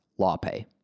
LawPay